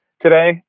today